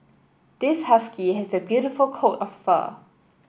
this husky has a beautiful coat of fur